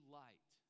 light